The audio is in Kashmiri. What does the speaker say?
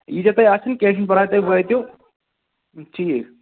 یِتہِ تۄہہِ آسیو کینٛہہ چھِنہٕ پَرواے تُہۍ وٲتِو ٹھیٖک